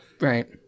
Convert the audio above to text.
Right